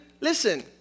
listen